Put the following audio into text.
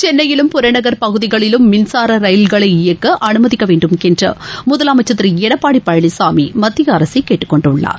சென்ளையிலும் புறநகர் பகுதிகளிலும் மின்சார ரயில்களை இயக்க அனுமதிக்க வேண்டுமென்று முதலமைச்சா் திரு எடப்பாடி பழனிசாமி மத்திய அரசை கேட்டுக் கொண்டுள்ளார்